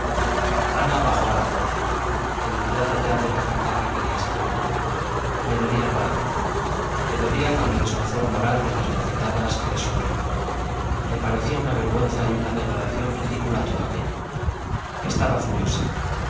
ana bajó a la huerta olvidada ya de la carta que quería escribir le dolía el brazo le dolía con el escozor moral de las bofetadas que deshonran le parecía una vergüenza y una degradación ridícula todo aquello estaba furiosa